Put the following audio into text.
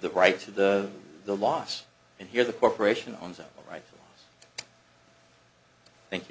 the rights to the the loss and here the corporation on the right thank